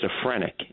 schizophrenic